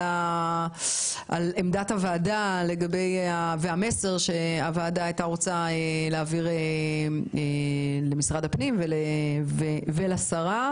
על עמדת הוועדה והמסר שהוועדה הייתה רוצה להעביר למשרד הפנים ולשרה.